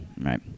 right